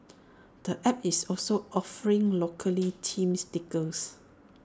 the app is also offering locally team stickers